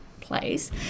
place